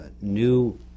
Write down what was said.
new